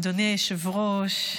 אדוני היושב-ראש,